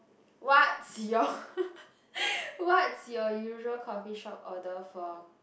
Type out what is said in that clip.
what's your what's your usual coffee shop order for